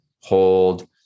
hold